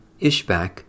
Ishbak